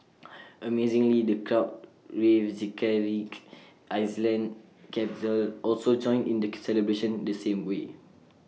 amazingly the crowd in Reykjavik Iceland's capital also joined in the celebration the same way